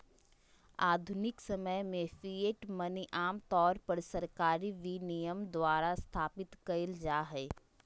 आधुनिक समय में फिएट मनी आमतौर पर सरकारी विनियमन द्वारा स्थापित कइल जा हइ